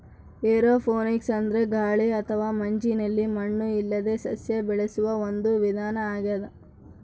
aeroponics ಅಂದ್ರೆ ಗಾಳಿ ಅಥವಾ ಮಂಜಿನಲ್ಲಿ ಮಣ್ಣು ಇಲ್ಲದೇ ಸಸ್ಯ ಬೆಳೆಸುವ ಒಂದು ವಿಧಾನ ಆಗ್ಯಾದ